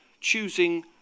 choosing